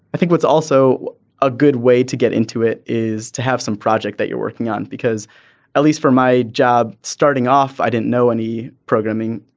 i think what's also a good way to get into it is to have some project that you're working on because at least for my job starting off i didn't know any programming.